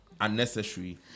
unnecessary